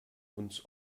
uns